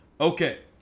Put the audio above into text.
Okay